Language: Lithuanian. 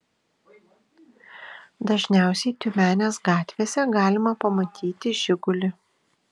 dažniausiai tiumenės gatvėse galima pamatyti žigulį